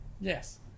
Yes